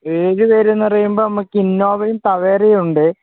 ഏഴ് പേരെന്ന് പറയുമ്പോൾ നമ്മൾക്ക് ഇന്നോവയും ടവേരയും ഉണ്ട്